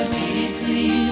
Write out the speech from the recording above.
deeply